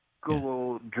Google